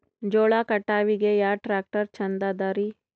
ಜೋಳ ಕಟಾವಿಗಿ ಯಾ ಟ್ಯ್ರಾಕ್ಟರ ಛಂದದರಿ?